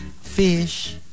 fish